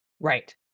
right